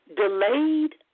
delayed